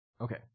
Okay